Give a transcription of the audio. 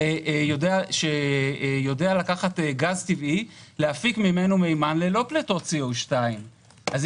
שיודע לקחת גז טבעי ולהפיק ממנו מימן ללא פליטות CO2. אם